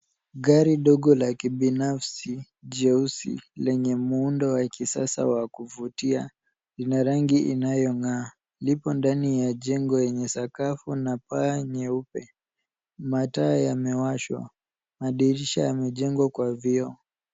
Gari ndogo la kibinafsi jeusi lenye muundo wa kisasa wa kuvutia, ina rangi inaongaa lipo ndani ya jengo enye sakafu na paa nyeupe mataa yamewashwa madirisha yamejengwa kwa vioo.